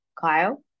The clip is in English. Kyle